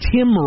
Tim